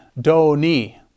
do-ni